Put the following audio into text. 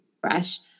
fresh